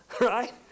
Right